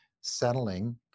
settling